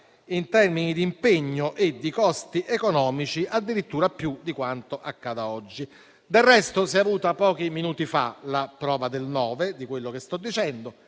in termini di impegno e di costi economici, addirittura più di quanto accada oggi. Del resto, si è avuta pochi minuti fa la prova del nove di quello che sto dicendo: